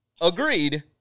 Agreed